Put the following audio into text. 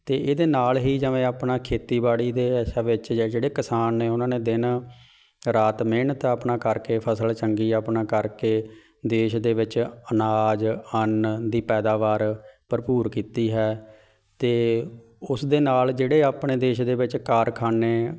ਅਤੇ ਇਹਦੇ ਨਾਲ ਹੀ ਜਿਵੇਂ ਆਪਣਾ ਖੇਤੀਬਾੜੀ ਦੇ ਅੱਛਾ ਵਿੱਚ ਜਾਂ ਜਿਹੜੇ ਕਿਸਾਨ ਨੇ ਉਹਨਾਂ ਨੇ ਦਿਨ ਰਾਤ ਮਿਹਨਤ ਆਪਣਾ ਕਰਕੇ ਫਸਲ ਚੰਗੀ ਆਪਣਾ ਕਰਕੇ ਦੇਸ਼ ਦੇ ਵਿੱਚ ਅਨਾਜ ਅੰਨ ਦੀ ਪੈਦਾਵਾਰ ਭਰਪੂਰ ਕੀਤੀ ਹੈ ਅਤੇ ਉਸ ਦੇ ਨਾਲ ਜਿਹੜੇ ਆਪਣੇ ਦੇਸ਼ ਦੇ ਵਿੱਚ ਕਾਰਖਾਨੇ